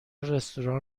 رستوران